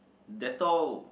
dettol